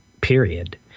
Period